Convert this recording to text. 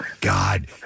God